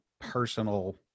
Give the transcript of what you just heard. personal